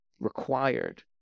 required